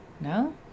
No